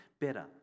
better